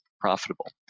profitable